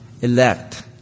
elect